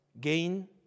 gain